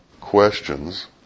questions